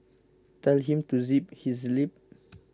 tell him to zip his lip